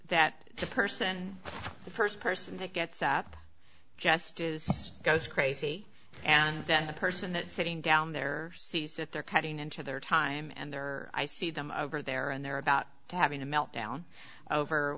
that the person the st person that gets up just goes crazy and then the person that sitting down there sees that they're cutting into their time and there are i see them over there and they're about to having a meltdown over